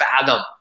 fathom